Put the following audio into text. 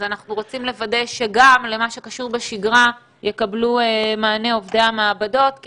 אז אנחנו רוצים לוודא שגם למה שקשור בשגרה יקבלו עובדי המעבדות מענה כי